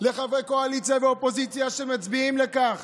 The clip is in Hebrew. לחברי קואליציה ואופוזיציה שמצביעים על כך.